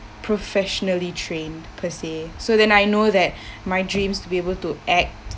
professionally trained per se so then I know that my dreams to be able to act